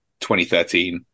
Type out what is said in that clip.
2013